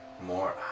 More